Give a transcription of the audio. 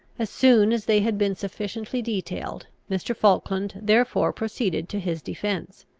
as soon as they had been sufficiently detailed, mr. falkland therefore proceeded to his defence.